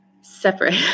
separate